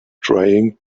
trying